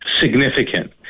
Significant